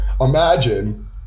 imagine